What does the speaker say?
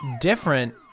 different